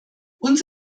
uns